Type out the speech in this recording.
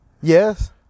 Yes